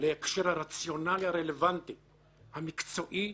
להקשר הרציונלי הרלוונטי, המקצועי,